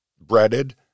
breaded